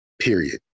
period